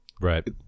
right